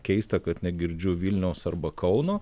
keista kad negirdžiu vilniaus arba kauno